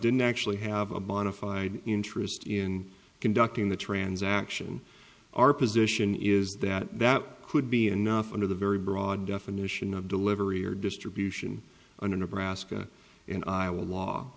didn't actually have a bonafide interest in conducting the transaction our position is that that could be enough under the very broad definition of delivery or distribution